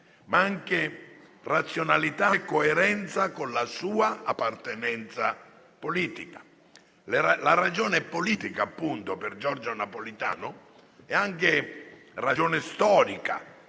ma anche razionalità e coerenza con la sua appartenenza politica. La ragione politica per Giorgio Napolitano è anche ragione storica,